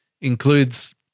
includes